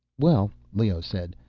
well, leoh said,